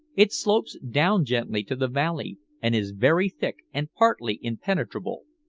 it slopes down gently to the valley and is very thick and partly impenetrable.